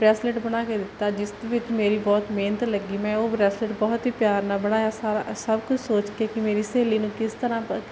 bracelet ਬਣਾ ਕੇ ਦਿੱਤਾ ਜਿਸ ਵਿੱਚ ਮੇਰੀ ਬਹੁਤ ਮਿਹਨਤ ਲੱਗੀ ਮੈਂ ਉਹ ਬਰੈਸਲੇਟ ਬਹੁਤ ਹੀ ਪਿਆਰ ਨਾਲ ਬਣਾਇਆ ਸਾਰਾ ਸਭ ਕੁਛ ਸੋਚ ਕੇ ਕੀ ਮੇਰੀ ਸਹੇਲੀ ਨੂੰ ਕਿਸ ਤਰ੍ਹਾਂ